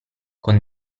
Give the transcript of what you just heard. con